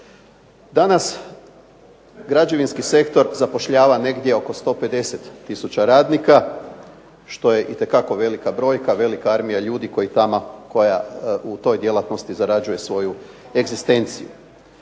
Danas građevinski sektor zapošljava negdje oko 150 tisuća radnika, što je itekako velika brojka, velika armija ljudi koja u toj djelatnosti zarađuju svoju egzistenciju.